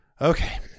okay